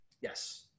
Yes